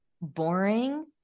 boring